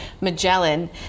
Magellan